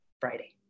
friday